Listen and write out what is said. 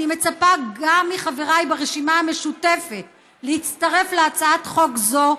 אני מצפה גם מחבריי ברשימה המשותפת להצטרף להצעת חוק זו.